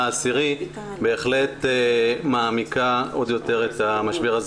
העשירי בהחלט מעמיקה עוד יותר את המשבר הזה,